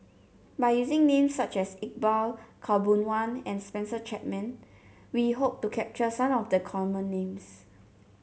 by using names such as Iqbal Khaw Boon Wan and Spencer Chapman we hope to capture some of the common names